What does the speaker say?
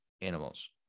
animals